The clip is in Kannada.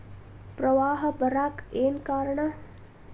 ಪ್ರವಾಹ ಬರಾಕ್ ಏನ್ ಕಾರಣ?